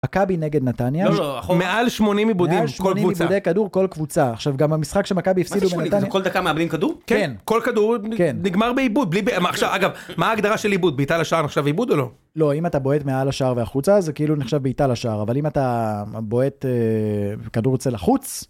מכבי נגד נתניה, לא לא, אנחנו מעל 80 איבודים, כל קבוצה. מעל 80 איבודי כדור כל קבוצה, עכשיו גם המשחק שמכבי הפסידו בנתניה, מה זה שמונים, כל דקה מאבדים כדור? כן. כל כדור נגמר באיבוד! עכשיו אגב, מה ההגדרה של איבוד, בעיטה לשער נחשב איבוד או לא? לא, אם אתה בועט מעל השער והחוצה, זה כאילו נחשב בעיטה לשער, אבל אם אתה בועט כדור יוצא לחוץ,